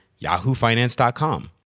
yahoofinance.com